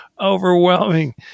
overwhelming